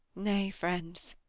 nay, friends,